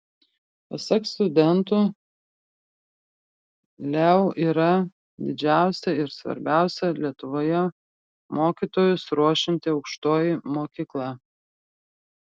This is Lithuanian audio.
pasak studentų leu yra didžiausia ir svarbiausia lietuvoje mokytojus ruošianti aukštoji mokykla